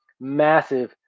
massive